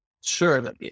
Sure